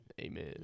Amen